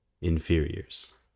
inferiors